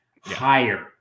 higher